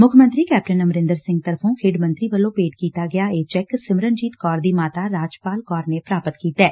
ਮੁੱਖ ਮੰਤਰੀ ਕੈਪਟਨ ਅਮਰੰਦਰ ਸਿੰਘ ਤਰਫੋਂ ਖੇਡ ਮੰਤਰੀ ਵੱਲੋਂ ਭੇਂਟ ਕੀਤਾ ਗਿਆ ਇਹ ਚੈਕ ਸਿਮਰਨਜੀਤ ਕੋਰ ਦੀ ਮਾਤਾ ਰਾਜਪਾਨ ਕੌਰ ਨੇ ਪ੍ਰਾਪਤ ਕੀਤੈ